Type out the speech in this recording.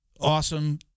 awesome